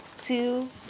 two